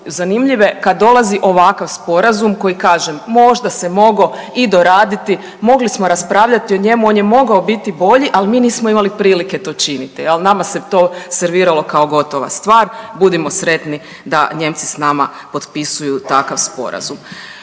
zanimljive kad dolazi ovakav sporazum koji, kažem, možda se mogao i doraditi, mogli smo raspravljati o njemu, on je mogao biti bolji, ali mi nismo imali prilike to činiti, je li, nama se to serviralo kao gotova stvar, budimo sretni da Nijemci s nama potpisuju takav sporazum